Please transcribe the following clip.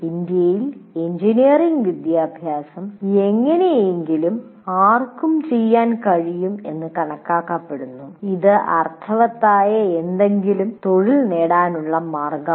ഇന്ത്യയിൽ എഞ്ചിനീയറിംഗ് വിദ്യാഭ്യാസം എങ്ങനെയെങ്കിലും "ആർക്കും ചെയ്യാൻ കഴിയും" എന്ന് കണക്കാക്കപ്പെട്ടു ഇത് അർത്ഥവത്തായ എന്തെങ്കിലും തൊഴിൽ നേടാനുള്ള ഒരു മാർഗമാണ്